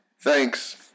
Thanks